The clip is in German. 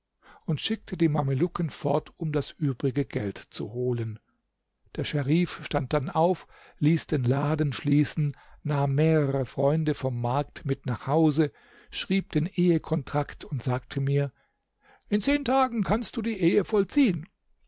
und schickte die mamelucken fort um das übrige geld zu holen der scherif stand dann auf ließ den laden schließen nahm mehrere freunde vom markt mit nach hause schrieb den ehekontrakt und sagte mir in zehn tagen kannst du die ehe vollziehen